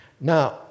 Now